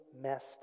messed